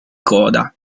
coda